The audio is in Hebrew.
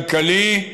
כלכלי,